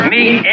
Meet